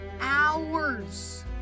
hours